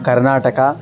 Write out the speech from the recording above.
कर्नाटकः